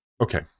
Okay